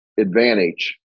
advantage